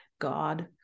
God